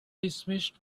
dismissed